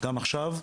גם עכשיו.